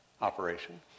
operation